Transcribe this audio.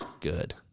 Good